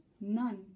none